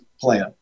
plan